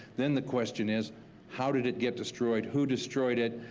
then the question is how did it get destroyed? who destroyed it?